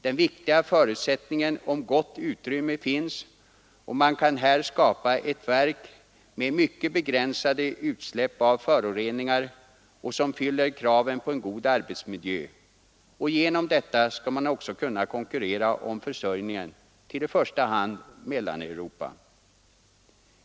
Den viktiga förutsättningen gott om utrymme finns, och man kan skapa ett verk med mycket begränsade utsläpp av föroreningar, som fyller kraven på en god arbetsmiljö. Genom detta skall man också kunna konkurrera om försörjningen till i första hand Mellaneuropa.